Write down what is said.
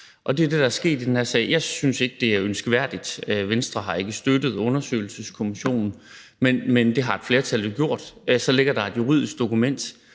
og det er det, der er sket i den her sag. Jeg synes ikke, det er ønskværdigt. Venstre har ikke støttet undersøgelseskommissionen, men det har et flertal jo gjort. Så ligger der et juridisk dokument,